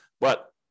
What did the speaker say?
But-